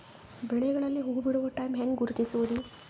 ಬೆಳೆಗಳಲ್ಲಿ ಹೂಬಿಡುವ ಟೈಮ್ ಹೆಂಗ ಗುರುತಿಸೋದ?